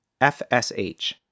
FSH